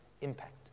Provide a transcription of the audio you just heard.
impact